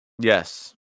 Yes